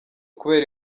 kubera